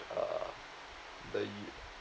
err the